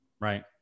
Right